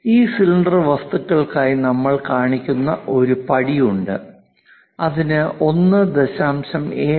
ഈ സിലിണ്ടർ വസ്തുക്കൾക്കായി നമ്മൾ കാണിക്കുന്ന ഒരു പടി ഉണ്ട് അതിന് 1